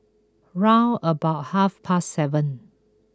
round about half past seven